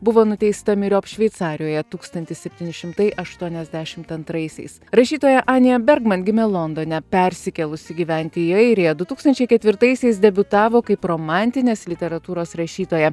buvo nuteista myriop šveicarijoje tūkstantis septyni šimtai aštuoniasdešimt antraisiais rašytoja anija bergman gimė londone persikėlusi gyventi į airiją du tūkstančiai ketvirtaisiais debiutavo kaip romantinės literatūros rašytoja